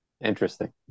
Interesting